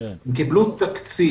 הם קיבלו תקציב.